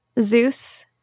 Zeus